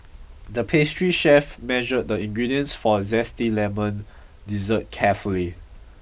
the pastry chef measured the ingredients for a zesty lemon dessert carefully